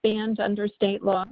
banned under state law